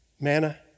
Manna